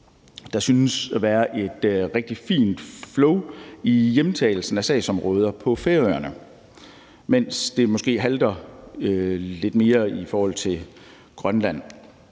Der synes at være et rigtig fint flow i hjemtagelsen af sagsområder på Færøerne, mens det måske halter lidt mere i forhold til Grønland.